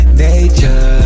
nature